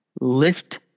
lift